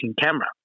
camera